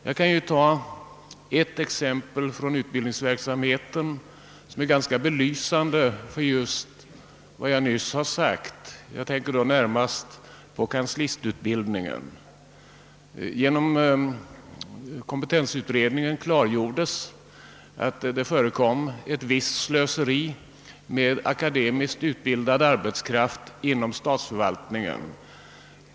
Jag kan ta ett exempel från utbildningsverksamheten, vilket är ganska belysande för vad jag nyss har sagt. Jag tänker närmast på kanslistutbildningen. Genom kompetensutredningen klargjordes, att det förekom ett visst slöseri med akademiskt utbildad arbetskraft inom statsförvaltningen.